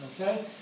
Okay